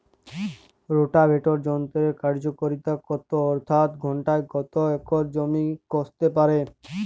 Rotavator যন্ত্রের কার্যকারিতা কত অর্থাৎ ঘণ্টায় কত একর জমি কষতে পারে?